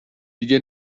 دیگه